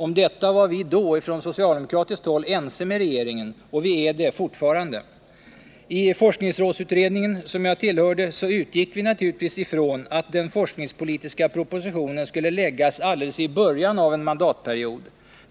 Om detta var vi då från socialdemokratiskt håll ense med regeringen — och vi är det fortfarande. I forskningsrådsutredningen, som jag tillhörde, utgick vi naturligtvis ifrån att den forskningspolitiska propositionen skulle läggas fram alldeles i början av en mandatperiod.